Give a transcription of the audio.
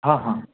हां हां